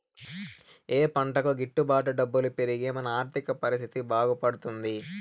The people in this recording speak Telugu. ఏ పంటకు గిట్టు బాటు డబ్బులు పెరిగి మన ఆర్థిక పరిస్థితి బాగుపడుతుంది?